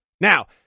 Now